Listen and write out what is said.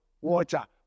water